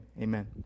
amen